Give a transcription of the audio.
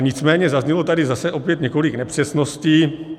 Nicméně zaznělo tady zase opět několik nepřesností.